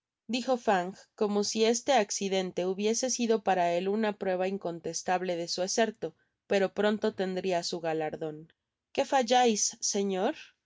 dijo fang como si este accidente hubiese sido para el una prueba incontestable de su eserto pero pronto tendria su galardon que fallais señor